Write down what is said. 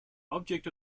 object